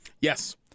Yes